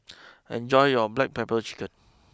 enjoy your Black Pepper Chicken